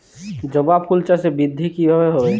জবা ফুল চাষে বৃদ্ধি কিভাবে হবে?